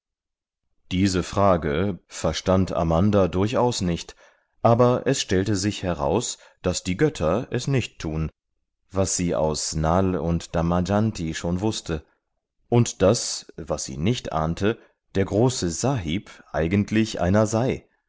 diese frage verstand amanda durchaus nicht aber es stellte sich heraus daß die götter es nicht tun was sie aus nal und damajanti schon wußte und daß was sie nicht ahnte der große sahib eigentlich einer sei